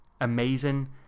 amazing